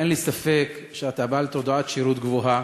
אין לי ספק שאתה בעל תודעת שירות גבוהה